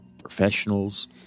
professionals